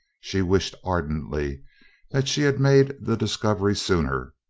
she wished ardently that she had made the discovery sooner.